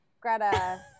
Greta